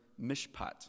mishpat